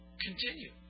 continue